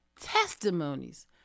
testimonies